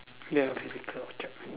ya physical object